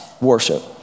worship